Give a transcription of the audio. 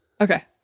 Okay